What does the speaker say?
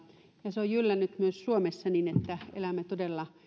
ja se on jyllännyt myös suomessa niin että elämme todella